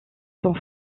son